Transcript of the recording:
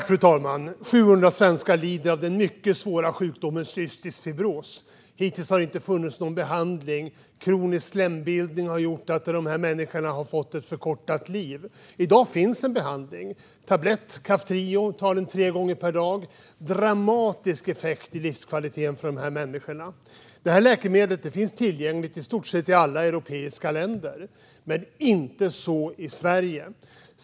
Fru talman! Den mycket svåra sjukdomen cystisk fibros har drabbat 700 svenskar. Hittills har det inte funnits någon behandling. Kronisk slembildning har gjort att dessa människor har fått ett förkortat liv. I dag finns en behandling i form av tabletten Kaftrio. Om den tas tre gånger per dag innebär det en dramatisk effekt på livskvaliteten för de här människorna. Läkemedlet finns tillgängligt i alla europeiska länder, i stort sett, men inte i Sverige.